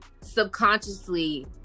subconsciously